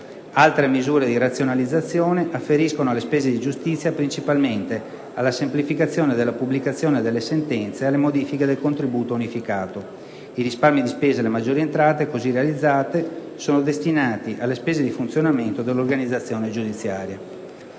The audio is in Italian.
contenute in altri commi, afferiscono alle spese di giustizia e principalmente alla semplificazione della pubblicazione delle sentenze e alle modifiche del contributo unificato. I risparmi di spesa e le maggiori entrate così realizzate sono destinati alle spese di funzionamento dell'organizzazione giudiziaria.